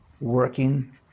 working